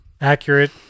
accurate